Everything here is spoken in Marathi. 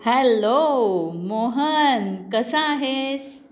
हॅल्लो मोहन कसा आहेस